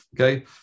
Okay